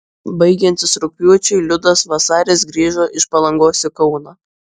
baigiantis rugpjūčiui liudas vasaris grįžo iš palangos į kauną